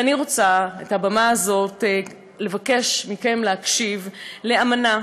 ואני רוצה מעל הבמה הזאת לבקש מכם להקשיב לאמנה,